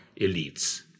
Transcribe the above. elites